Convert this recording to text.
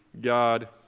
God